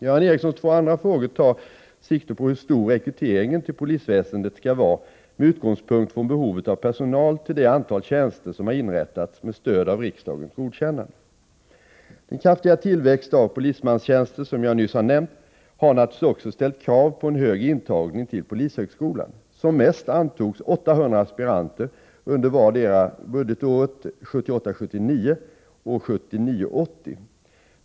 Göran Ericssons två andra frågor tar sikte på hur stor rekryteringen till polisväsendet skall vara med utgångspunkt från behovet av personal till det antal tjänster som har inrättats med stöd av riksdagens godkännande. Den kraftiga tillväxt av polismanstjänster som jag nyss nämnt har naturligtvis också ställt krav på en hög intagning till polishögskolan. Som mest antogs 800 aspiranter under vartdera budgetåret 1978 80.